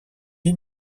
ils